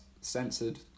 censored